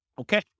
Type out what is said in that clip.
Okay